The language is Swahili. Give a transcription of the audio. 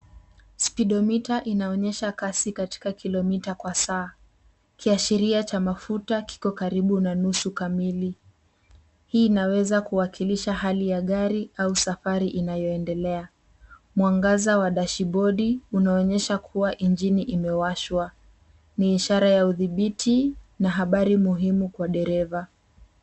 Spidomita inaonyesha kasi katika kilomita kwa saa, kiashiria cha mafuta kiko karibu na nusu kamili. Hii inaweza kuwakilisha hali ya gari au safari inayoendelea. Mwangaza wa dashibodi unaonyesha kuwa injini imewashawa. Ni ishara ya uthibiti na habari muhimu kwa dereva.